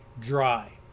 dry